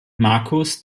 marcus